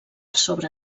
sobre